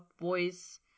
voice